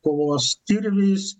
kovos kirviais